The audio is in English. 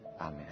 Amen